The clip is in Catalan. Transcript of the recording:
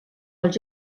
els